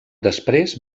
després